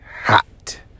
hot